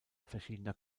verschiedener